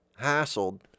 hassled